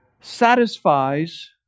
satisfies